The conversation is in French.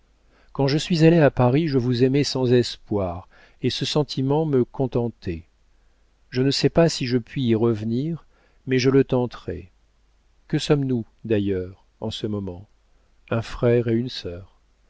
quand je suis allée à paris je vous aimais sans espoir et ce sentiment me contentait je ne sais si je puis y revenir mais je le tenterai que sommes-nous d'ailleurs en ce moment un frère et une sœur